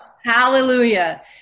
Hallelujah